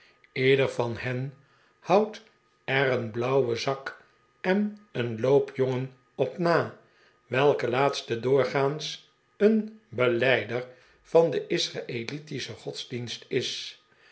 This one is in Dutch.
leder van hen houdt er een blauwen zak en een loopjongen op na welke laatste doorgaans een belijder van den israelietischen godsdienst is